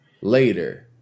later